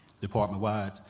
department-wide